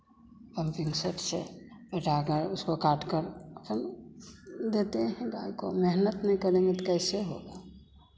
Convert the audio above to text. pumping set से पटाकर उसको काटकर देते हैं गाय को मेहनत नहीं करेंगे तो कैसे होगा